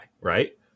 right